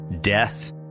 death